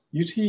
UT